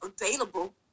available